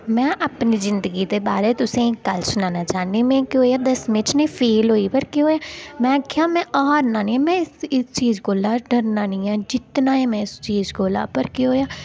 में अपनी जिंदगी दे बारे च तुसें ई गल्ल सनाना चाह्न्नी कि केह् होएआ के में ना दसमीं च फेल होई पर केह् होएआ में आखेआ में हारना निं ऐ में इस इस चीज कोला डरना निं ऐ ते जित्तना ऐ में इस चीज कोला पर केह् होएआ